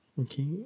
Okay